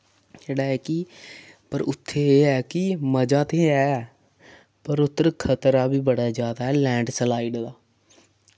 जेह्ड़ा ऐ कि पर उत्थै एह् ऐ कि मजा ते ऐ पर उद्धर खतरा बी बड़ा जैदा ऐ लैंडस्लाइड दा